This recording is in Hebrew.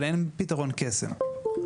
אבל אין פתרון קסם.